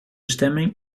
stemming